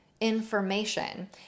information